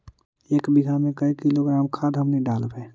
एक बीघा मे के किलोग्राम खाद हमनि डालबाय?